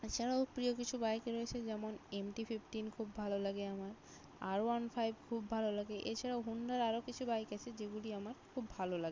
এছাড়াও প্রিয় কিছু বাইক রয়েছে যেমন এমটি ফিফটিন খুব ভালো আগে আমার আর ওয়ান ফাইভ খুব ভালো লাগে এছাড়াও হুন্ডার আরো কিছু বাইক আছে যেগুলি আমার খুব ভালো লাগে